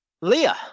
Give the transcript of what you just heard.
Leah